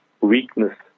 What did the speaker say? weakness